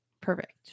Perfect